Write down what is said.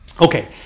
Okay